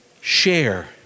share